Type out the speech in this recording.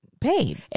paid